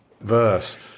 verse